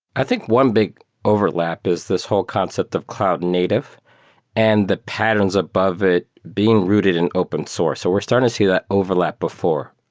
i think one big overlap is this whole concept of cloud native and the patterns above it being rooted in open source. so we're starting to see that overlap before.